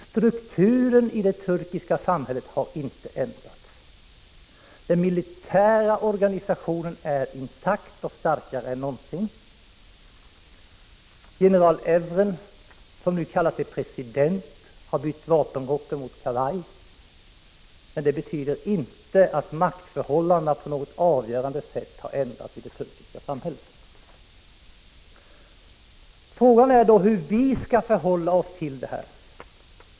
Strukturen i det turkiska samhället har inte ändrats. Den militära organisationen är intakt och starkare än någonsin. General Evren, som nu kallar sig president, har bytt vapenrocken mot kavaj, men det betyder inte att maktförhållandena på något avgörande sätt har ändrats i det turkiska samhället. Frågan är då hur vi skall förhålla oss till det här.